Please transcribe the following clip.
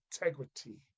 integrity